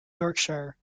yorkshire